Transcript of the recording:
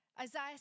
Isaiah